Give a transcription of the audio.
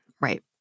Right